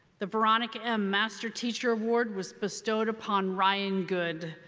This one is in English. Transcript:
the veronica m. master teacher award was bestowed upon ryan good,